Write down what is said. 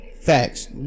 Facts